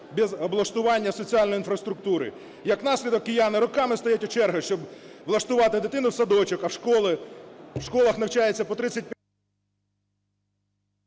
без облаштування соціальної інфраструктури. Як наслідок, кияни роками стоять у чергах, щоб влаштувати дитину в садочок, в школу, в школах навчаються по …